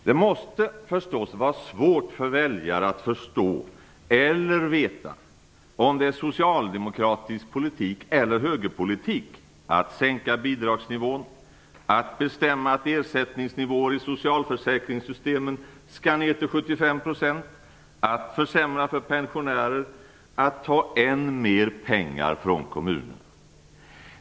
Det måste förstås vara svårt för väljarna att förstå eller veta om det är socialdemokratisk politik eller högerpolitik att sänka bidragsnivån, bestämma att ersättningsnivåer i socialförsäkringssystemen skall ned till 75 %, försämra för pensionärer och ta än mer pengar från kommunerna.